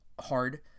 hard